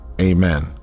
Amen